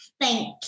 Thank